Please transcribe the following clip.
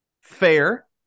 Fair